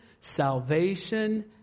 salvation